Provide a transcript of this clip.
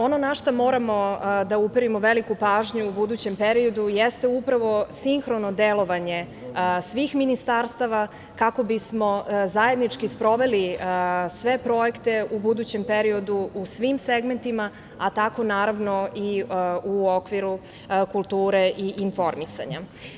Ono na šta moramo da uperimo veliku pažnju u budućem periodu jeste upravo sinhrono delovanje svih ministarstava, kako bi smo zajednički sproveli sve projekte u budućem periodu u svim segmentima, a tako naravno i u okviru kulture i informisanja.